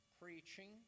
preaching